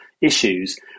issues